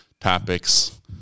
topics